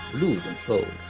blues and soul.